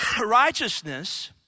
Righteousness